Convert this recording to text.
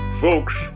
Folks